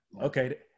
Okay